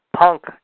Punk